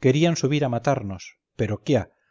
querían subir a matarnos pero quia